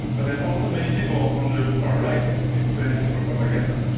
and then also many people on the far right who seem to benefit from propaganda.